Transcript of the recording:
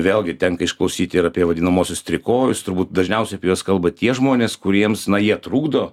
vėlgi tenka išklausyt ir apie vadinamuosius trikojus turbūt dažniausiai apie juos kalba tie žmonės kuriems na jie trukdo